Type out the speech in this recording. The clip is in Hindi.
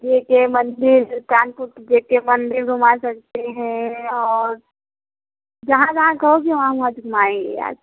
जे के मंदिर कानपुर के जे के मंदिर घुमा सकते हैं और जहाँ जहाँ कहोगे वहाँ वहाँ घुमाएँगे यार